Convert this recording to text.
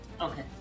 Okay